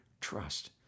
trust